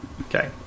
okay